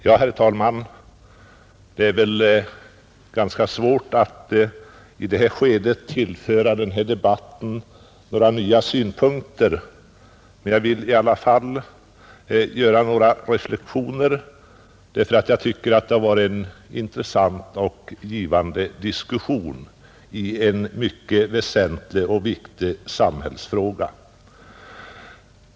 Herr talman! Det är väl ganska svårt att i det här skedet tillföra debatten några nya synpunkter. Jag vill emellertid ändå göra några reflexioner, ty jag tycker att det har varit en intressant och givande diskussion i en mycket väsentlig samhällsfråga.